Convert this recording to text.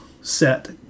set